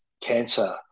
cancer